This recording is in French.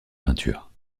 peinture